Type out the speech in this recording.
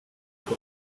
read